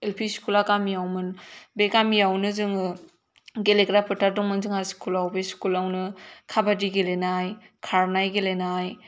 L P स्कुला गामियावमोन बे गामियावनो जोङो गेलेग्रा फोथार दंमोन जोंहा स्कुलाव बे स्कुलावनो काबादि गेलेनाय खारनाय गेलेनाय